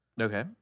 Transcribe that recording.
Okay